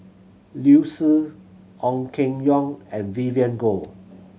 Liu Si Ong Keng Yong and Vivien Goh